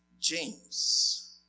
James